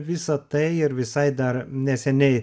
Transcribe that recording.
visa tai ir visai dar neseniai